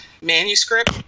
manuscript